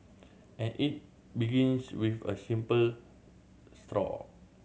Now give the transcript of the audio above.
and it begins with a simple straw